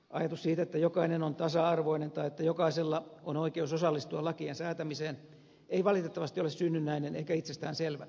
ajatus siitä että jokainen on tasa arvoinen tai että jokaisella on oikeus osallistua lakien säätämiseen ei valitettavasti ole synnynnäinen eikä itsestään selvä